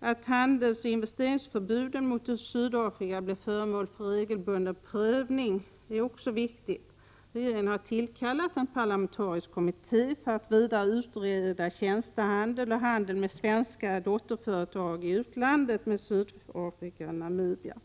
Att handelsoch investeringsförbuden mot Sydafrika blir föremål för regelbunden prövning är också viktigt. Regeringen har tillkallat en parlamentarisk kommitté för att vidare utreda tjänstehandel och handeln mellan svenska dotterföretag i utlandet och Sydafrika och Namibia.